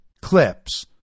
clips